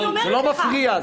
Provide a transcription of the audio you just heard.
זה לא מפריע.